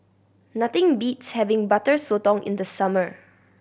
nothing beats having Butter Sotong in the summer